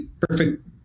perfect